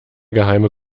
geheime